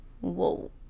whoa